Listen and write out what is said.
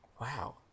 Wow